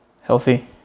healthy